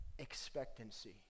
expectancy